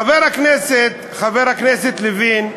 חבר הכנסת לוין,